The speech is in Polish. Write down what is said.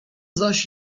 zaś